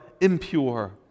impure